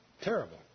Terrible